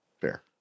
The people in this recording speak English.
Fair